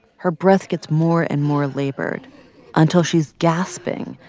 her breath gets more and more labored until she's gasping,